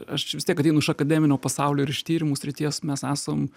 aš vis tiek ateinu iš akademinio pasaulio ir iš tyrimų srities mes esam